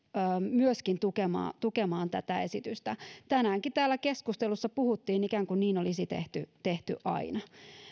myöskin valmiit tukemaan tätä esitystä tänäänkin täällä keskustelussa puhuttiin ikään kuin niin olisi tehty tehty aina